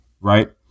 Right